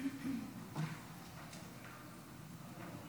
עד חמש דקות לרשותך, גברתי,